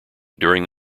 during